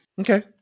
Okay